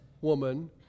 woman